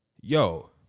yo